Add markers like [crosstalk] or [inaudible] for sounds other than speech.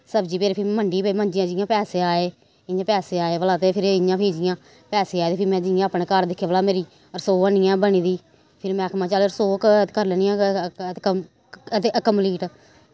सब्जी [unintelligible] फिर मंडी मंडियां जि'यां पैसे आए इ'यां पैसे आए भला ते फिर इ'यां जि'यां पैसे आए ते फ्ही में जि'यां अपने घर दिक्खेआ भला मेरी रसोऽ है नी है बनी दी फिर में आखेआ महां चल रसोऽ करी लैन्नी आं कम्म अते कंपलीट